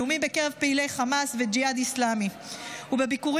בנאומים בקרב פעילי חמאס וג'יהאד אסלאמי ובביקורים